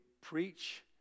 preach